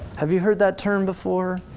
have you heard that term before?